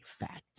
Fact